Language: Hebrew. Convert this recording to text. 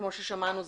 כמו ששמענו,